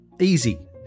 Easy